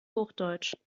hochdeutsch